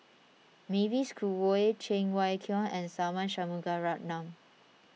Mavis Khoo Oei Cheng Wai Keung and Tharman Shanmugaratnam